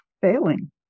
failing